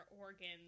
organs